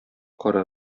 кара